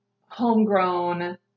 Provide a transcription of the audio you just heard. homegrown